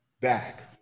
back